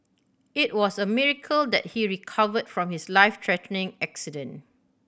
it was a miracle that he recovered from his life threatening accident